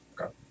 Okay